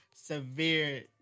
severe